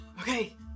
Okay